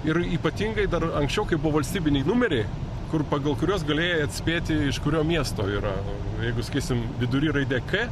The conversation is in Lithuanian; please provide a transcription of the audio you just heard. ir ypatingai dar anksčiau kai buvo valstybiniai numeriai kur pagal kuriuos galėjai atspėti iš kurio miesto yra jeigu sakysim vidury raidė k